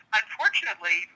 unfortunately